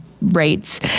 rates